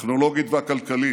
הטכנולוגית והכלכלית,